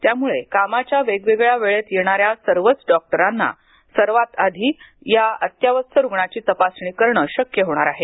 त्यामुळे कामाच्या वेगवेगळ्या वेळेत येणाऱ्या सर्वच डॉक्टरांना सर्वात आधी या अत्यवस्थ रुग्णांची तपासणी करण शक्य होणार आहे